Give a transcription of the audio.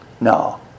No